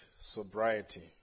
sobriety